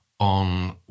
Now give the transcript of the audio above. on